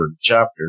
chapter